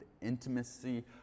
intimacy